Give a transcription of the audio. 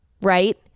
right